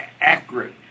accurate